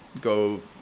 go